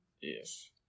Yes